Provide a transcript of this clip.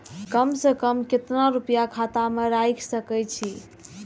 कम से कम केतना रूपया खाता में राइख सके छी?